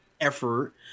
effort